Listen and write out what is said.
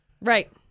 Right